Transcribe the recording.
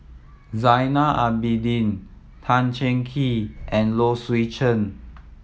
Zainal Abidin Tan Cheng Kee and Low Swee Chen